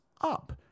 up